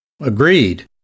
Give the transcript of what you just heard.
Agreed